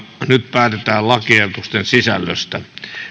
nyt päätetään lakiehdotuksen sisällöstä